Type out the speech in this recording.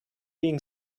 being